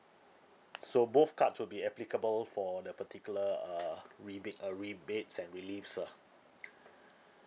so both card will be applicable for the particular uh rebate uh rebates and reliefs ah